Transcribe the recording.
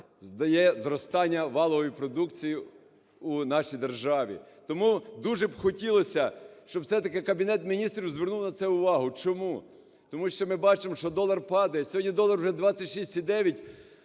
дає зростання валової продукції у нашій державі. Тому дуже б хотілося, щоб все-таки Кабінет Міністрів звернув на це увагу. Чому? Тому що ми бачимо, що долар падає. Сьогодні долар уже 26,9,